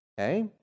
Okay